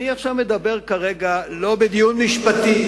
כרגע אני מדבר לא בדיון משפטי.